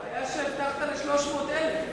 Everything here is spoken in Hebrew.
הבעיה שהבטחת ל-300,000.